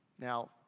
Now